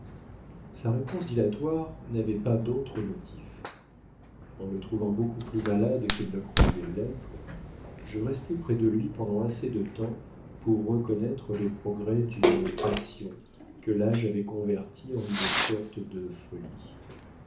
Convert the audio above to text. sa réponse dilatoire n'avait pas d'autres motifs en le trouvant beaucoup plus malade qu'il ne croyait l'être je restai près de lui pendant assez de temps pour reconnaître les progrès d'une passion que l'âge avait convertie en une sorte de folie